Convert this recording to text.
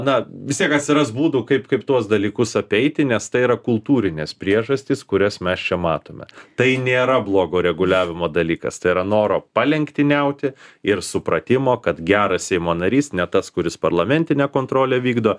na vis tiek atsiras būdų kaip kaip tuos dalykus apeiti nes tai yra kultūrinės priežastys kurias mes čia matome tai nėra blogo reguliavimo dalykas tai yra noro palenktyniauti ir supratimo kad geras seimo narys ne tas kuris parlamentinę kontrolę vykdo